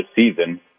season